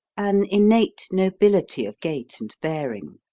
an innate nobility of gait and bearing.